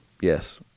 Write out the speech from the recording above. Yes